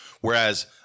Whereas